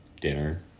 dinner